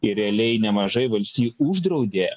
ir realiai nemažai valstijų uždraudė